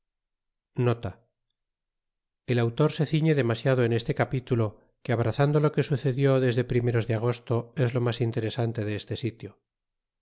el autor se ciñe demasiado en este capitulo que abrazando lo que sucedió desde primeros de agosto es lo mas interesante de este sitio